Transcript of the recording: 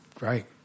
right